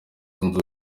zunze